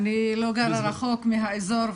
אני לא גרה רחוק מהאזור,